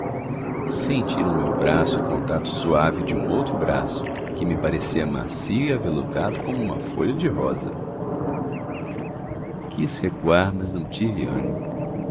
no meu braço o contato suave de um outro braço que me parecia macio e aveludado como uma folha de rosa quis recuar mas não tive ânimo